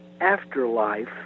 afterlife